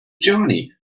johnny